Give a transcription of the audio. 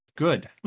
good